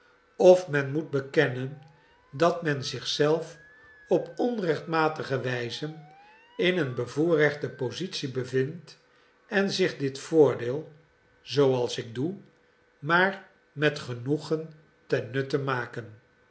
of men moet bekennen dat men zich zelf op onrechtmatige wijze in een bevoorrechte positie bevindt en zich dit voordeel zooals ik doe maar met genoegen ten nutte maken